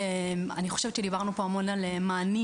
אני חושבת שדיברנו פה המון על מענים.